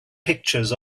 pictures